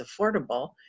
affordable